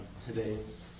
today's